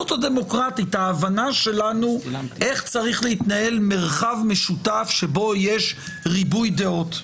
ההבנה שלנו איך צריך להתנהל מרחב משותף שבו יש ריבוי דעות.